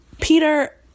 Peter